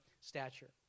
stature